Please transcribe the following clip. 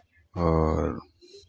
आओर